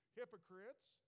hypocrites